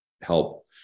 help